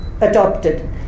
adopted